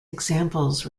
examples